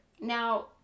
Now